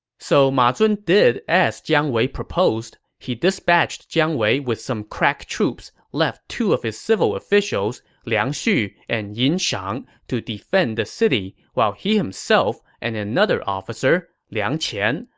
so ma zun did as jiang wei proposed. he dispatched jiang wei with some crack troops, left two of his civil officials, liang xu and yin shang, to defend the city, while he himself and another officer, liang qian,